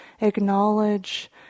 acknowledge